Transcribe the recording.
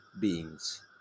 beings